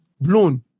blown